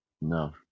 No